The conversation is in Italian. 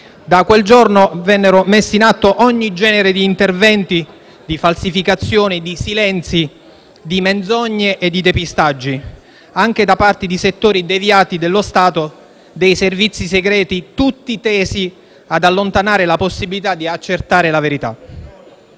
Da quel giorno vennero messi in atto ogni genere di interventi, falsificazioni, silenzi, menzogne e depistaggi, anche da parte di settori deviati dello Stato, dei servizi segreti, tutti tesi ad allontanare la possibilità di accertare la verità.